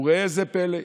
וראה זה פלא,